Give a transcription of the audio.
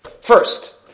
First